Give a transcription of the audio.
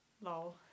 Lol